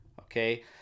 okay